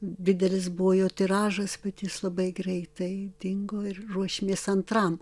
didelis buvo jo tiražas bet jis labai greitai dingo ir ruošėmės antram